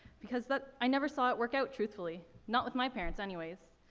because that i never saw it work out truthfully, not with my parents anyways.